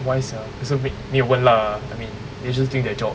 why sia 可是没有问 lah I mean they just doing their job